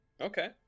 Okay